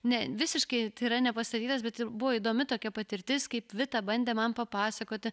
ne visiškai tai yra nepastatytas bet buvo įdomi tokia patirtis kaip vita bandė man papasakoti